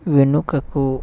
వెనుకకు